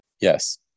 Yes